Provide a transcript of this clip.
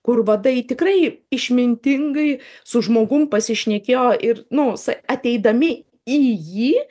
kur vadai tikrai išmintingai su žmogum pasišnekėjo ir nu sa ateidami į jį